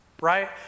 right